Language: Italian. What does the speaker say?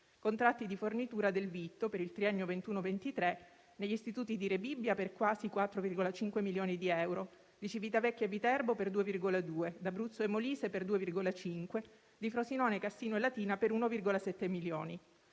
contratti di fornitura del vitto per il triennio 2021-2023 negli istituti di Rebibbia per quasi 4,5 milioni di euro, di Civitavecchia e Viterbo per 2,2 milioni, di Abruzzo e Molise per 2,5 milioni, di Frosinone, Cassino e Latina per 1,7 milioni.